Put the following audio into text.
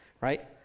right